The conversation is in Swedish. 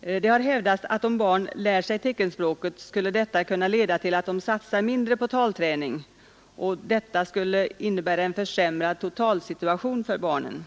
Det har hävdats att om barn lär sig teckenspråket skulle detta kunna leda till att de satsar mindre på talträning, vilket skulle innebära en försämrad totalsituation för barnen.